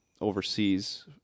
overseas